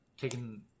taking